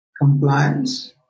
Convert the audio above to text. compliance